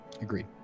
Agreed